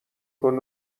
کنه